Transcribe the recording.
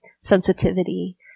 sensitivity